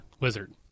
Wizard